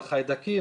על חיידקים,